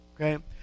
okay